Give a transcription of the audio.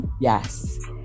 Yes